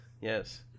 Yes